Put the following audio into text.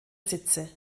sitze